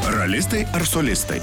ralistai ar solistai